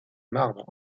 marbre